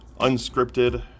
unscripted